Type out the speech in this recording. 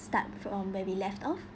start from where we left off